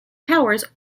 powers